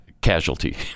casualty